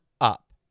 up